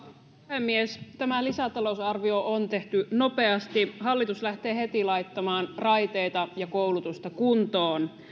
puhemies tämä lisätalousarvio on tehty nopeasti hallitus lähtee heti laittamaan raiteita ja koulutusta kuntoon